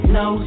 no